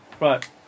Right